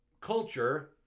culture